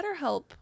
BetterHelp